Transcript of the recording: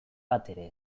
batere